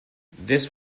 this